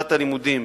משנת הלימודים